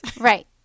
Right